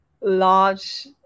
large